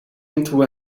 into